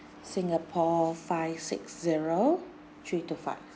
singapore five six zero three two five